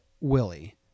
Willie